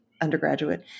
undergraduate